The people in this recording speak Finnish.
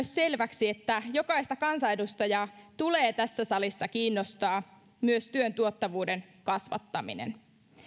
selväksi että jokaista kansanedustajaa tulee tässä salissa kiinnostaa myös työn tuottavuuden kasvattaminen